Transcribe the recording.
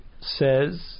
says